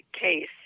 case